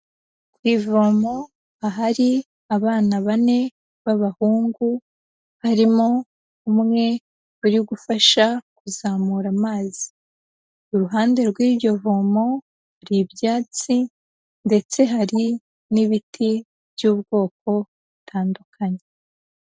Ku ivomo, ahari abana bane b'abahungu, harimo umwe uri gufasha kuzamura amazi, iruhande rw'iryo vomo hari ibyatsi, ndetse hari n'ibiti by'ubwoko butandukanye.